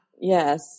Yes